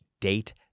date